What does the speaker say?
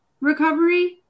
recovery